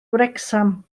wrecsam